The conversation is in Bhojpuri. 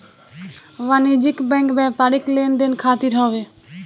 वाणिज्यिक बैंक व्यापारिक लेन देन खातिर हवे